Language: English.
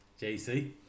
JC